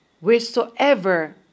wheresoever